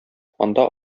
анда